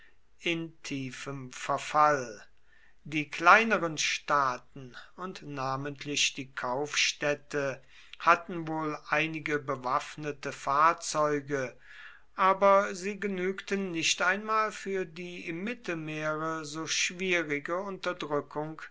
in tiefem verfall die kleineren staaten und namentlich die kaufstädte hatten wohl einige bewaffnete fahrzeuge aber sie genügten nicht einmal für die im mittelmeere so schwierige unterdrückung